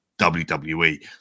WWE